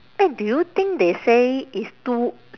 eh do you think they say it's two